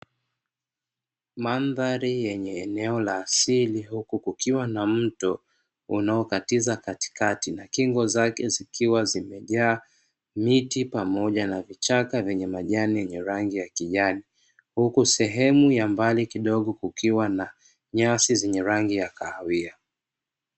Mandhari yenye eneo la asili huku kukiwa na mto unaokatiza katikati na kingo zake zikiwa zimejaa miti pamoja na vichaka vyenye majani yenye rangi ya kijani, huku sehemu ya mbali kidogo kukiwa na nyasi zenye rangi ya kahawia.